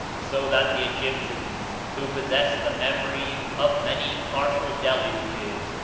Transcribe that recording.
so that the egyptians, who possessed the memory of many partial deluges,